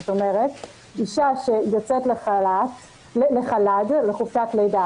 זאת אומרת, אישה שיוצאת לחל"ד חופשת לידה